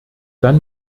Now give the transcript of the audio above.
dann